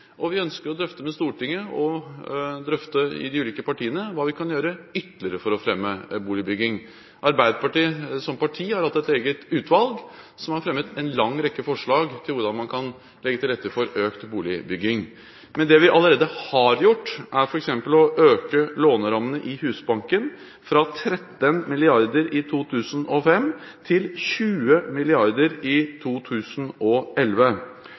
Vi ønsker å drøfte med Stortinget – og drøfte i de ulike partiene – hva vi ytterligere kan gjøre for å fremme boligbygging. Arbeiderpartiet som parti har hatt et eget utvalg som har fremmet en lang rekke forslag til hvordan man kan legge til rette for økt boligbygging. Men det vi allerede har gjort, er f.eks. å øke lånerammene i Husbanken fra 13 mrd. kr i 2005 til 20 mrd. kr i 2011.